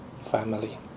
family